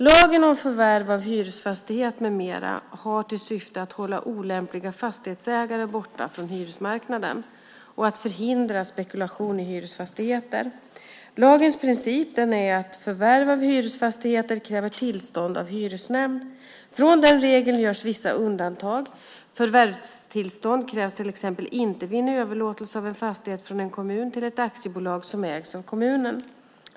Lagen om förvärv av hyresfastighet med mera, förvärvslagen, har till syfte att hålla olämpliga fastighetsägare borta från hyresmarknaden och att förhindra spekulation i hyresfastigheter. Lagens princip är att förvärv av hyresfastigheter kräver tillstånd av hyresnämnd. Från den regeln görs vissa undantag. Förvärvstillstånd krävs till exempel inte vid en överlåtelse av en fastighet från en kommun till ett aktiebolag som ägs av kommunen.